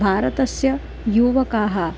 भारतस्य युवकाः